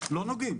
לא נוגעים.